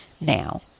now